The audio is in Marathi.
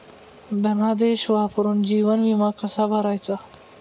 धनादेश वापरून जीवन विमा कसा भरायचा?